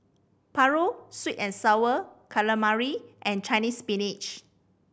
paru sweet and Sour Calamari and Chinese Spinach